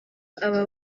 aba